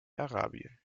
arabien